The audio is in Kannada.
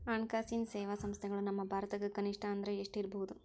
ಹಣ್ಕಾಸಿನ್ ಸೇವಾ ಸಂಸ್ಥೆಗಳು ನಮ್ಮ ಭಾರತದಾಗ ಕನಿಷ್ಠ ಅಂದ್ರ ಎಷ್ಟ್ ಇರ್ಬಹುದು?